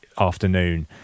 afternoon